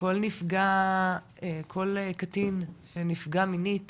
כל נפגע, כל קטין שנפגע מינית